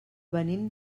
venim